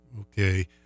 okay